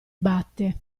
batte